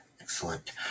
Excellent